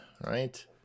Right